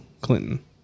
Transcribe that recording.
Clinton